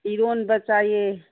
ꯏꯔꯣꯟꯕ ꯆꯥꯏꯑꯦ